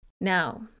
Now